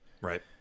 right